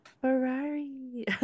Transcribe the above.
Ferrari